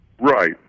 right